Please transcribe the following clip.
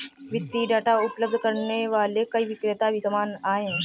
वित्तीय डाटा उपलब्ध करने वाले कई विक्रेता भी सामने आए हैं